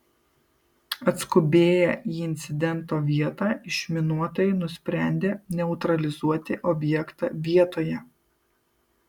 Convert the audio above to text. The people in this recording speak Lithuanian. atskubėję į incidento vietą išminuotojai nusprendė neutralizuoti objektą vietoje